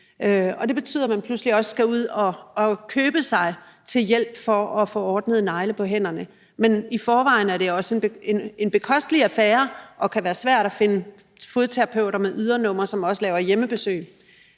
Og det betyder, at man pludselig også skal ud og købe sig til hjælp for at få ordnet neglene på hænderne. Men i forvejen er det en bekostelig affære, og det kan være svært at finde fodterapeuter med ydernummer, som også laver hjemmebesøg.